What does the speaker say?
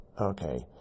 Okay